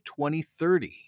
2030